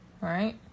right